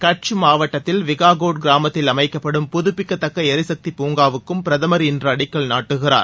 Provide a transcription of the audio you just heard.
கட்ச் மாவட்டத்தில் விகாகோட் கிராமத்தில் அமைக்கப்படும் புதுப்பிக்கத்தக்க எரிசக்தி பூங்காவுக்கும் பிரதமர் இன்று அடிக்கல் நாட்டுகிறார்